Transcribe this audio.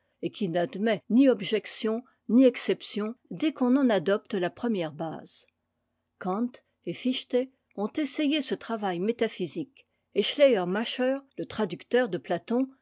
et qui n'admet ni objection ni exception dès qu'on en adopte la première base kant et fichte ont essayé ce travail métaphysique et schleiermacher le traducteur de platon